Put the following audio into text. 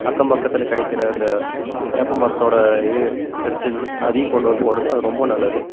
அக்கம் பக்கத்தில் கிடைக்கிற இந்த வேப்ப மரத்தோடய இது கிடச்சிதுனா அதையும் கொண்டு வந்து போடுங்க அது ரொம்ப நல்லது